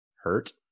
hurt